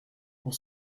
pour